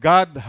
God